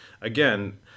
again